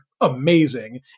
amazing